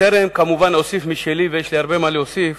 בטרם אוסיף משלי, ויש לי הרבה מה להוסיף,